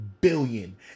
billion